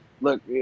Look